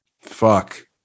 fuck